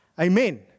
Amen